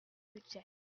budget